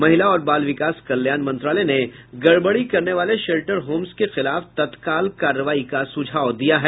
महिला और बाल विकास कल्याण मंत्रालय ने गड़बड़ी करने वाले शेल्टर होम्स के खिलाफ तत्काल कार्रवाई का सुझाव दिया है